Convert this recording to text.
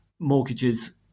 Mortgages